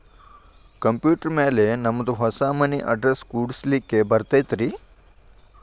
Computer ಮ್ಯಾಲೆ ನಮ್ದು ಹೊಸಾ ಮನಿ ಅಡ್ರೆಸ್ ಕುಡ್ಸ್ಲಿಕ್ಕೆ ಬರತೈತ್ರಿ?